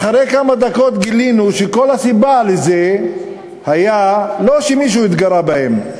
אחרי כמה דקות גילינו שכל הסיבה לזה לא הייתה שמישהו התגרה בהם,